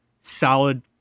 solid